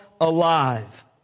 alive